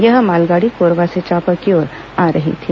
यह मालगाड़ी कोरबा से चांपा की ओर आ रही थी